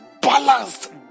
balanced